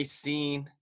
scene